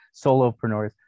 solopreneurs